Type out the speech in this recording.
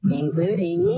including